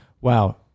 wow